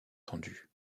tendu